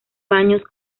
baños